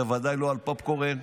בוודאי לא על פופקורן,